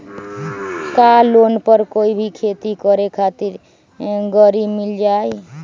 का लोन पर कोई भी खेती करें खातिर गरी मिल जाइ?